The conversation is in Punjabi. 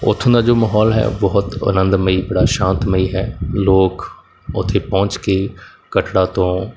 ਉੱਥੋਂ ਦਾ ਜੋ ਮਾਹੌਲ ਹੈ ਬਹੁਤ ਅਨੰਦਮਈ ਬੜਾ ਸ਼ਾਂਤਮਈ ਹੈ ਲੋਕ ਉੱਥੇ ਪਹੁੰਚ ਕੇ ਕਟੜਾ ਤੋਂ